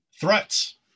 Threats